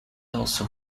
also